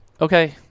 okay